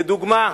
לדוגמה: